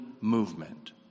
movement